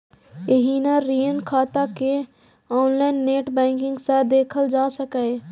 एहिना ऋण खाता कें ऑनलाइन नेट बैंकिंग सं देखल जा सकैए